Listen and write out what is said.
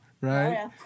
Right